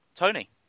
Tony